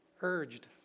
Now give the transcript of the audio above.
urged